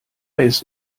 ist